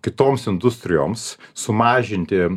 kitoms industrijoms sumažinti